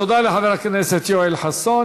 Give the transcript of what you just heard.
תודה לחבר הכנסת יואל חסון.